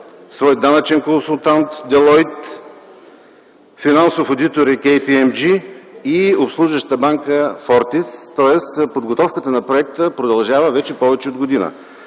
свой данъчен консултант „Делойт”, финансов одитор е „Кей Пи Ем Джи” и обслужваща банка „Фортис”, тоест подготовката на проекта продължава вече повече от година.